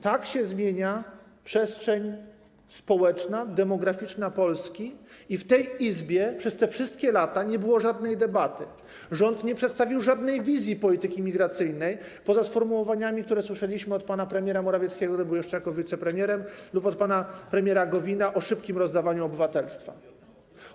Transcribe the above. Tak się zmienia przestrzeń społeczna, demograficzna Polski i w tej Izbie przez te wszystkie lata nie było żadnej debaty na ten temat, rząd nie przedstawił żadnej wizji polityki migracyjnej poza sformułowaniami, które słyszeliśmy od pana premiera Morawieckiego, gdy był jeszcze wicepremierem, lub od pana premiera Gowina, o szybkim rozdawaniu obywatelstwa.